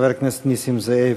חבר הכנסת נסים זאב.